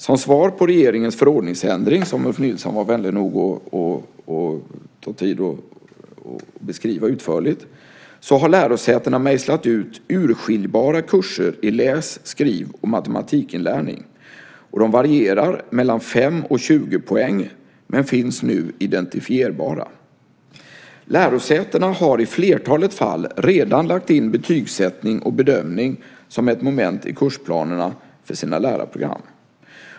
Som svar på regeringens förordningsändring, som Ulf Nilsson var vänlig nog att ta tid för att utförligt beskriva, har lärosätena mejslat ut urskiljbara kurser i läs-, skriv och matematikinlärning. De varierar mellan 5 och 20 poäng men är nu identifierbara. Lärosätena har i flertalet fall redan lagt in betygssättning och bedömning som ett moment i kursplanerna för sina lärarprogram.